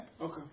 Okay